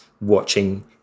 watching